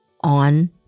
on